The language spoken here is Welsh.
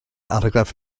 argraff